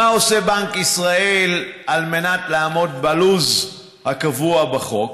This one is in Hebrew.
2. מה עושה בנק ישראל על מנת לעמוד בלו"ז הקבוע בחוק?